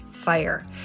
fire